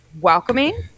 welcoming